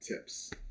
tips